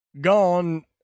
gone